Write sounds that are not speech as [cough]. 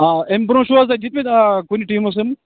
ایٚمہِ برٛۄنٛہہ چھو حظ تۄہہِ دِتمِتۍ کُنہِ ٹیٖمس [unintelligible]